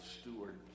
steward